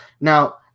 now